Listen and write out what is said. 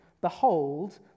behold